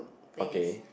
okay